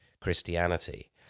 Christianity